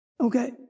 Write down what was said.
Okay